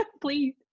please